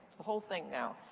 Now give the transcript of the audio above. the whole thing now.